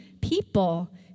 people